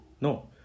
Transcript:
No